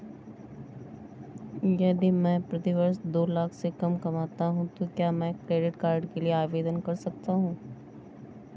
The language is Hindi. यदि मैं प्रति वर्ष दो लाख से कम कमाता हूँ तो क्या मैं क्रेडिट कार्ड के लिए आवेदन कर सकता हूँ?